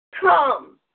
Come